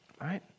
Right